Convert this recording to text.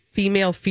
Female